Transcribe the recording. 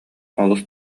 олус